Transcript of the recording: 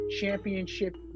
Championship